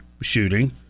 shooting